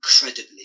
incredibly